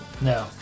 no